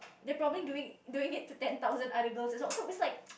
they probably doing doing it to ten thousand other girls also so it's like